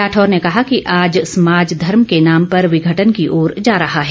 राठौर ने कहा कि आज समाज धर्म के नाम पर विघटन की ओर जा रहा है